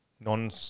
non